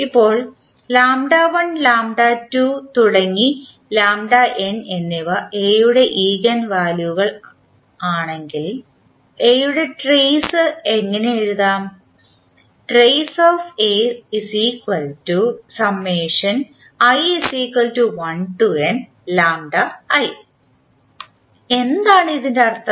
ഇപ്പോൾ എന്നിവ A യുടെ ഈഗൻ വാല്യുകളാണെങ്കിൽ A യുടെ ട്രെയ്സ് ഇങ്ങനെ എഴുതാം എന്താണ് ഇതിനർത്ഥം